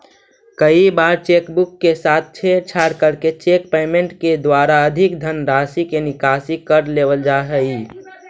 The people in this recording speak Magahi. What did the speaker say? कई बार चेक बुक के साथ छेड़छाड़ करके चेक पेमेंट के द्वारा अधिक धनराशि के निकासी कर लेवल जा हइ